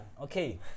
Okay